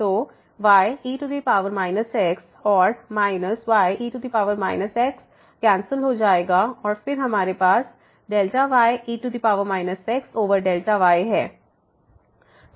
तो y e x और minus y e x cancel हो जाएगा और फिर हमारे पास ye xy है